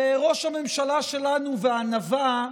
וראש הממשלה שלנו וענווה,